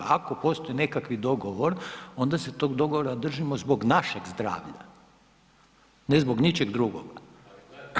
Ako postoji nekakvi dogovor onda se tog dogovora držimo zbog našeg zdravlja, ne zbog ničeg drugog.